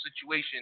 situation